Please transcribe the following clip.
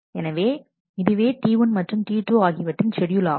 எனவே இதுவே T1 மற்றும் T2 ஆகியவற்றின் ஷெட்யூல் ஆகும்